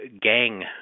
gang